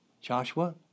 Joshua